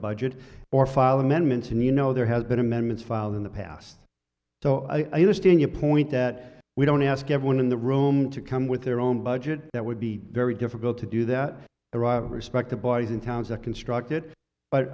budget or file amendments and you know there has been amendments filed in the past so i understand your point that we don't ask everyone in the room to come with their own budget that would be very difficult to do that or i respect the boys in towns that construct it but